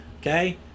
okay